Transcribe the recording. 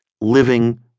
living